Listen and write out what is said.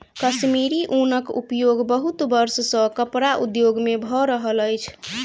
कश्मीरी ऊनक उपयोग बहुत वर्ष सॅ कपड़ा उद्योग में भ रहल अछि